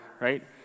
right